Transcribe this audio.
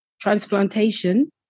transplantation